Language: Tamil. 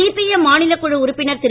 சிபிஎம் மாநிலக் குழு உறுப்பினர் திரு